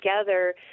together